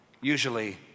usually